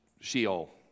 Sheol